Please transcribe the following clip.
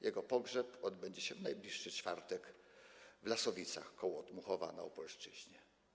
Jego pogrzeb odbędzie się w najbliższy czwartek w Lasowicach koło Otmuchowa na Opolszczyźnie.